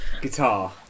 Guitar